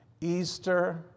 Easter